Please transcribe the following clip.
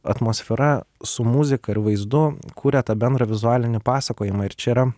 atmosfera su muzika ir vaizdu kuria tą bendrą vizualinį pasakojimą ir čia yra